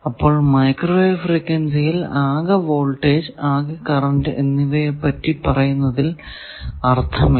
അപ്പോൾ മൈക്രോവേവ് ഫ്രീക്വൻസിയിൽ ആകെ വോൾടേജ് ആകെ കറന്റ് എന്നിവയെ പറ്റി പറയുന്നതിൽ അർത്ഥമില്ല